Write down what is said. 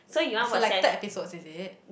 so like that episode is it